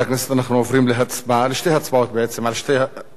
אנחנו עוברים לשתי הצבעות על שתי הצעות.